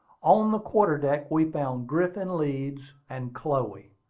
on the quarter-deck we found griffin leeds and chloe.